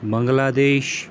Bangladesh